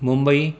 Mumbai